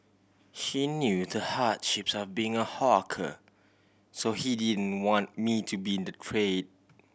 he knew the hardships of being a hawker so he didn't want me to be in the trade